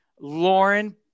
lauren